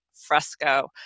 Fresco